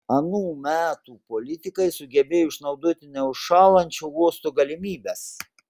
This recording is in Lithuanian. anų metų politikai sugebėjo išnaudoti neužšąlančio uosto galimybes